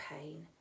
pain